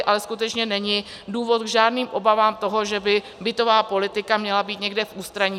Ale skutečně není důvod k žádným obavám, že by bytová politika měla být někde v ústraní.